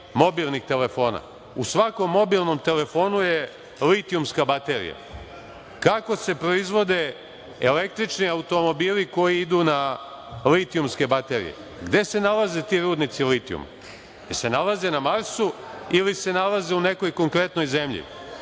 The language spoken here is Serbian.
mobilnih telefona? U svakom mobilnom telefonu je litijumska baterija. Kako se proizvode električni automobili koji idu na litijumske baterije? Gde se nalaze ti rudnici litijuma? Da li se nalaze na Marsu ili se nalaze u nekoj konkretnoj zemlji?